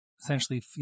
essentially